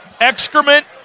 excrement